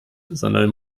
sondern